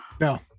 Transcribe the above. No